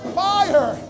fire